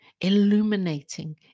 illuminating